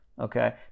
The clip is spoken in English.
Okay